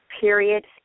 period